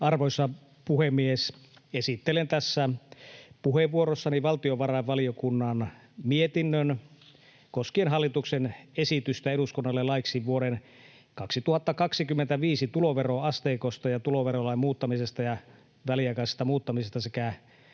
Arvoisa puhemies! Esittelen tässä puheenvuorossani valtiovarainvaliokunnan mietinnön koskien hallituksen esitystä eduskunnalle laeiksi vuoden 2025 tuloveroasteikosta ja tuloverolain muuttamisesta ja väliaikaisesta muuttamisesta sekä